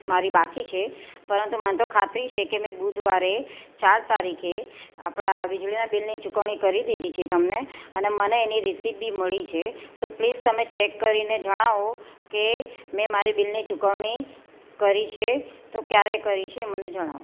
મારી બાકી છે પરંતુ મને તો ખાતરી છે કે મેં બુધવારે ચાર તારીખે આપણા વીજળીના બિલની ચુકવણી કરી દીધી છે તમને અને મને એની રિસીપ્ટ બી મળી છે તો પ્લીઝ તમે ચેક કરીને જણાવો કે મેં મારી બિલની ચુકવણી કરી છે તો ક્યારે કરી છે મને જણાવો